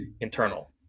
internal